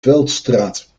veldstraat